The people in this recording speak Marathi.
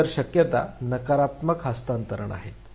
इतर शक्यता नकारात्मक हस्तांतरण आहे